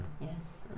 Yes